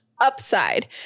upside